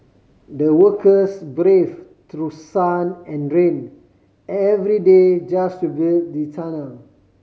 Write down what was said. the workers brave through sun and rain every day just to build the tunnel